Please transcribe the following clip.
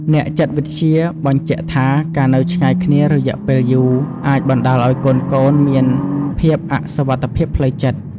អ្នកចិត្តវិទ្យាបញ្ជាក់ថា ការនៅឆ្ងាយគ្នារយៈពេលយូរអាចបណ្តាលឲ្យកូនៗមានភាពអសុវត្ថិភាពផ្លូវចិត្ត។